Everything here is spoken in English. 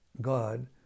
God